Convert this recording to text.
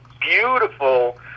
beautiful